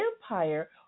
empire